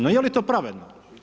No je li to pravedno?